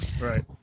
Right